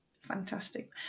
Fantastic